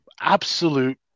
absolute